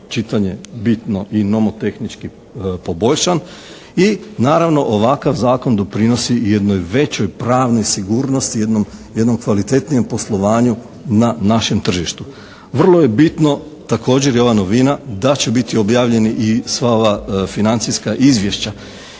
čitanje bitno i nomotehnički poboljšan i naravno ovakav Zakon doprinosi i jednoj većoj pravnoj sigurnosti, jednom kvalitetnijem poslovanju na našem tržištu. Vrlo je bitno također i ova novina da će biti objavljeni i sva ova financijska izvješća,